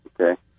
Okay